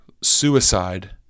suicide